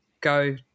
go